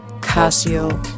Casio